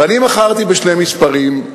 ואני בחרתי בשני מספרים.